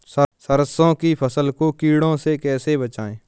सरसों की फसल को कीड़ों से कैसे बचाएँ?